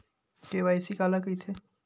KYC काला कइथे?